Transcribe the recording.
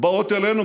באות אלינו.